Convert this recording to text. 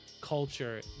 culture